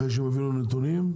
אחרי שיביאו לנו נתונים,